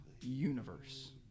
universe